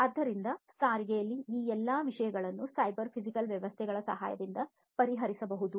ಆದ್ದರಿಂದ ಸಾರಿಗೆಯಲ್ಲಿ ಈ ಎಲ್ಲ ವಿಷಯಗಳನ್ನು ಸೈಬರ್ ಫಿಸಿಕಲ್ ವ್ಯವಸ್ಥೆಗಳ ಸಹಾಯದಿಂದ ಪರಿಹರಿಸಬಹುದು